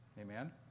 Amen